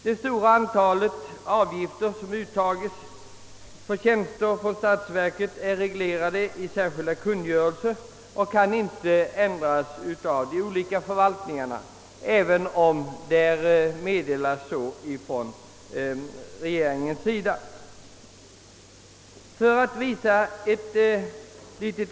De många avgifter som uttas för tjänster från statsverket är reglerade i särskilda kungörelser och kan inte ändras av de olika förvaltningarna, även om det meddelas från regeringens sida att ändringar är möjliga.